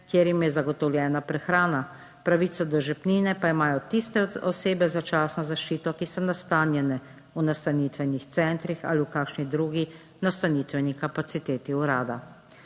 kjer jim je zagotovljena prehrana. Pravico do žepnine pa imajo tiste osebe z začasno zaščito, ki so nastanjene v nastanitvenih centrih ali v kakšni drugi nastanitveni kapaciteti urada.